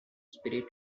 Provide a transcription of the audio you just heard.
spirit